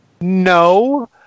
No